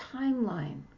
timeline